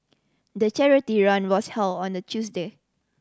the charity run was held on a Tuesday